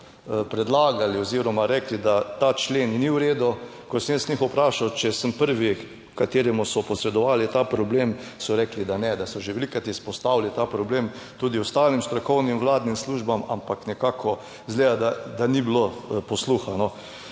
predlagali oziroma rekli, da ta člen ni v redu; ko sem jaz njih vprašal, če sem prvi, kateremu so posredovali ta problem, so rekli, da ne, da so že velikokrat izpostavili ta problem tudi ostalim strokovnim vladnim službam, ampak nekako izgleda, da ni bilo posluha.